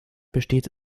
besteht